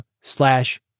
slash